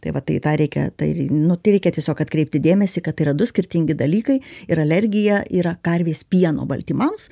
tai va tai tą reikia tai nu tai reikia tiesiog atkreipti dėmesį kad tai yra du skirtingi dalykai ir alergija yra karvės pieno baltymams